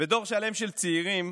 ודור שלם של צעירים